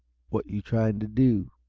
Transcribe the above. what you trying to do?